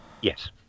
Yes